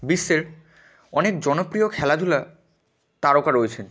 বিশ্বের অনেক জনপ্রিয় খেলাধুলা তারকা রয়েছেন